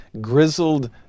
grizzled